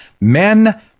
Men